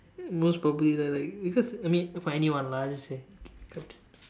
most probably they're like because I mean for anyone lah just say make up tips